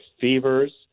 fevers